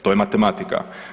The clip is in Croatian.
To je matematika.